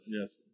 Yes